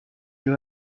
you